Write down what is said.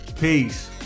Peace